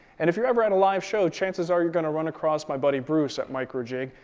and if you're ever at a live show, chances are you're going to run across my buddy, bruce, at micro jig.